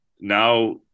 now